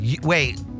Wait